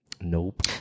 nope